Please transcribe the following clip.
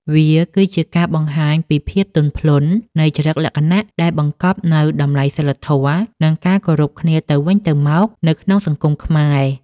វាគឺជាការបង្ហាញពីភាពទន់ភ្លន់នៃចរិតលក្ខណៈដែលបង្កប់នូវតម្លៃសីលធម៌ និងការគោរពគ្នាទៅវិញទៅមកនៅក្នុងសង្គមខ្មែរ។